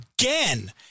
again